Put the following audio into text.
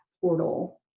portal